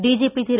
DGP Thiru